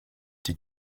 die